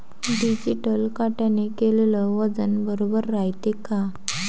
Digital काट्याने केलेल वजन बरोबर रायते का?